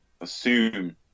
assume